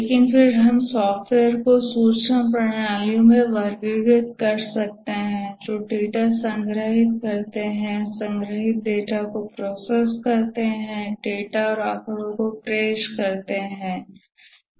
लेकिन फिर आप सॉफ़्टवेयर को सूचना प्रणालियों में वर्गीकृत कर सकते हैं जो डेटा संग्रहीत करते हैं संग्रहीत डेटा को प्रोसेस करते है डेटा और आंकड़े को पेश करते हैं